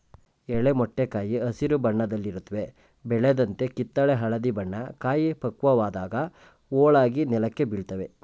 ಎಳೆ ಮೊಟ್ಟೆ ಕಾಯಿ ಹಸಿರು ಬಣ್ಣದಲ್ಲಿರುತ್ವೆ ಬೆಳೆದಂತೆ ಕಿತ್ತಳೆ ಹಳದಿ ಬಣ್ಣ ಕಾಯಿ ಪಕ್ವವಾದಾಗ ಹೋಳಾಗಿ ನೆಲಕ್ಕೆ ಬೀಳ್ತವೆ